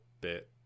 bit